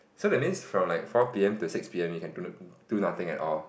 so that means from like four p_m to six p_m you can do do nothing at all